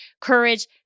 courage